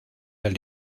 del